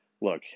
look